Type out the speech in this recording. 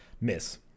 Miss